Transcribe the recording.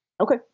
Okay